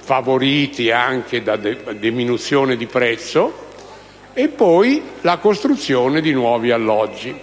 favoriti anche da diminuzioni di prezzo) e, poi, la costruzione di nuovi alloggi.